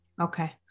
Okay